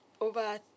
over